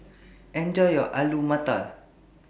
Enjoy your Alu Matar